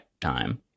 time